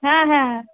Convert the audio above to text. হ্যাঁ হ্যাঁ হ্যাঁ